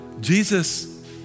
Jesus